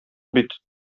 бит